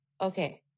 Okay